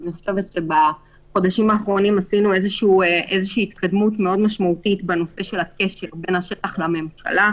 בחודשים האחרונים עשינו התקדמות משמעותית מאוד בקשר בין השטח לממשלה,